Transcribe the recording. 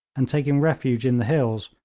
and taking refuge in the hills,